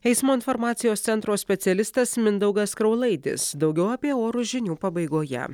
eismo informacijos centro specialistas mindaugas kraulaidis daugiau apie orus žinių pabaigoje